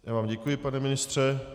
Já vám děkuji, pane ministře.